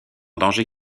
danger